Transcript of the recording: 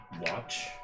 watch